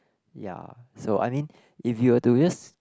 ya so I mean if you have do this